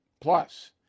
Plus